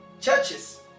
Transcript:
churches